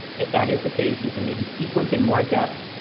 if that is the case, you can maybe sequence in more depth,